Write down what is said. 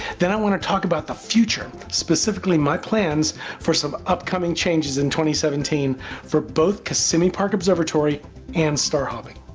then i want to talk about the future, specifically my plans for some upcoming changes in two seventeen for both kissimmee park observatory and star hopping.